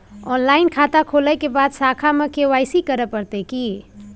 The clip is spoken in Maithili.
ऑनलाइन खाता खोलै के बाद शाखा में के.वाई.सी करे परतै की?